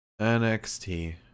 NXT